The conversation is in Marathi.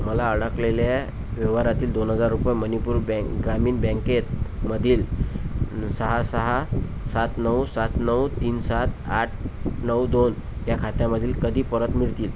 मला अडकलेल्या व्यवहारातील दोन हजार रुपये मणिपूर बॅन ग्रामीण बँकेमधील सहा सहा सात नऊ सात नऊ तीन सात आठ नऊ दोन ह्या खात्यामध्ये कधी परत मिळतील